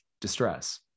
distress